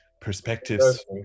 perspectives